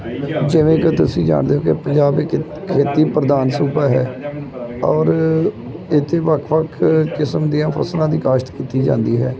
ਜਿਵੇਂ ਕਿ ਤੁਸੀਂ ਜਾਣਦੇ ਹੋ ਕਿ ਪੰਜਾਬ ਇੱਕ ਖੇਤੀ ਪ੍ਰਧਾਨ ਸੂਬਾ ਹੈ ਔਰ ਇੱਥੇ ਵੱਖ ਵੱਖ ਕਿਸਮ ਦੀਆਂ ਫ਼ਸਲਾਂ ਦੀ ਕਾਸ਼ਤ ਕੀਤੀ ਜਾਂਦੀ ਹੈ